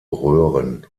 röhren